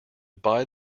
buy